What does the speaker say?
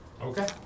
Okay